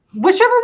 Whichever